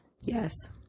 Yes